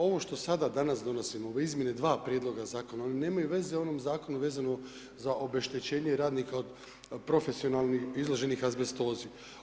Ovo što sada danas donosimo, ove izmjene dva Prijedloga Zakona, oni nemaju veze onom Zakonu vezano za obeštećenje radnika od profesionalnih izloženih azbestozi.